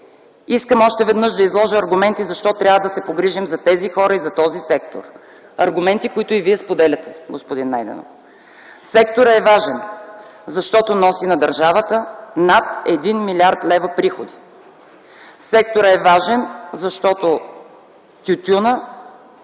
Искам още веднъж да изложа аргументи защо трябва да се погрижим за тези хора и за този сектор - аргументи, които и Вие споделяте, господин Найденов. Секторът е важен, защото носи на държавата над 1 млрд. лв. приходи. Секторът е важен, защото тютюнът